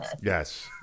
Yes